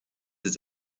his